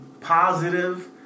positive